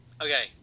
okay